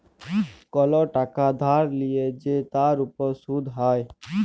call টাকা ধার লিয়ে যে তার উপর শুধ হ্যয়